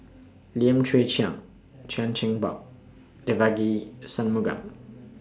Lim Chwee Chian Chan Chin Bock Devagi Sanmugam